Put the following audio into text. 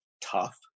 tough